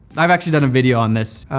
i've actually done a video on this.